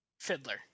Fiddler